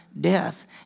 death